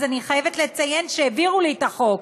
אני חייבת לציין שהעבירו לי את החוק.